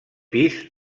pis